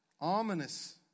ominous